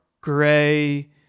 gray